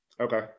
Okay